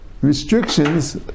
restrictions